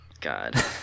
God